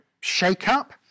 shake-up